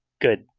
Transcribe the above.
good